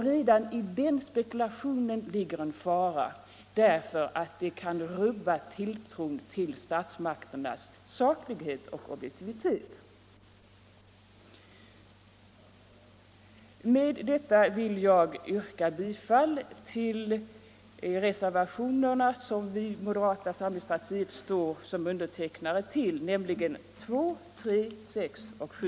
Redan i den spekulationen ligger en fara därför att den kan rubba tilltron till statsmakternas saklighet och objektivitet. Med detta vill jag yrka bifall till de reservationer som vi i moderata — Nr 7